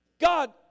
God